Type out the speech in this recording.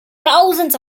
thousands